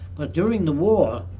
but during the war,